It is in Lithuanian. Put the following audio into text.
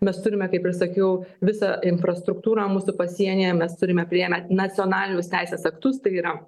mes turime kaip ir sakiau visą infrastruktūrą mūsų pasienyje mes turime priėmę nacionalinius teisės aktus tai yra